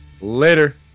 Later